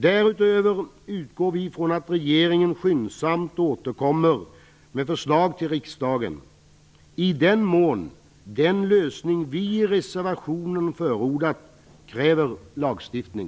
Därutöver utgår vi från att regeringen skyndsamt återkommer med förslag till riksdagen i den mån den lösning som vi i reservationen förordar kräver lagstiftning.